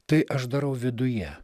tai aš darau viduje